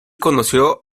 conoció